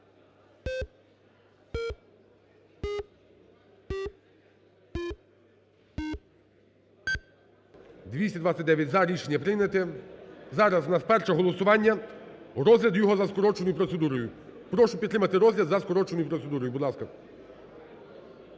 229 – "за". Рішення прийняте. Зараз в нас перше голосування – розгляд його за скороченою процедурою. Прошу підтримати розгляд за скороченою процедурою, будь ласка.